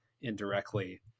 indirectly